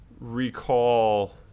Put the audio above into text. recall